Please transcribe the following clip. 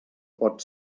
pot